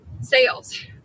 sales